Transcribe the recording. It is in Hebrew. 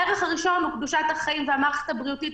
הערך הראשון הוא קדושת החיים והמערכת הבריאותית,